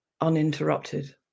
uninterrupted